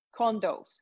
condos